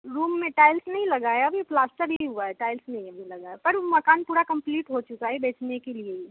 room में tiles नहीं लगाया अभी प्लास्तर ही हुआ है टाइल्स नहीं है अभी लगाया पर मकान पूरा कम्पलीट हो चुका है देखने के लिए ही है